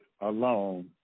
alone